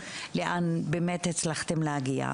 לאן הצלחתם להגיע.